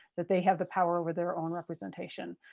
they have the power over their own representation.